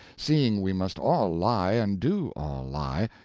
seeing we must all lie and do all lie,